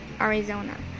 Arizona